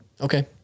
Okay